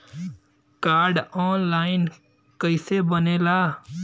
Card online कइसे बनेला?